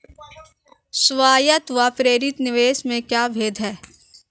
स्वायत्त व प्रेरित निवेश में क्या भेद है?